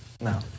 No